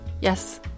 yes